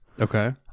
Okay